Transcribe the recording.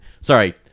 Sorry